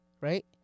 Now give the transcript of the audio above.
right